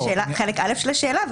זה חלק א' של השאלה.